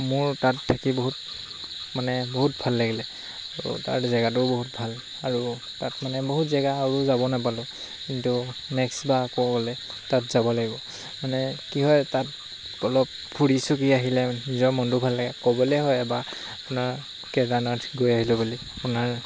মোৰ তাত থাকি বহুত মানে বহুত ভাল লাগিলে আৰু তাৰ জেগাটোও বহুত ভাল আৰু তাত মানে বহুত জেগা আৰু যাব নাপালোঁ কিন্তু নেক্স বাৰ আকৌ গ'লে তাত যাব লাগিব মানে কি হয় তাত অলপ ফুৰি চাকি আহিলে নিজৰ মনটো ভাল লাগে ক'বলৈ হয় এবাৰ আপোনাৰ কেদাৰানাথ গৈ আহিলোঁ বুলি আপোনাৰ